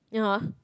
(uh huh)